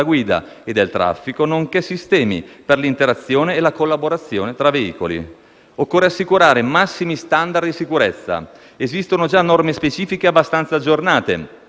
guida e del traffico, nonché sistemi per l'interazione e la collaborazione tra veicoli. Occorre assicurare massimi *standard* di sicurezza; esistono già norme specifiche abbastanza aggiornate,